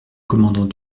commandant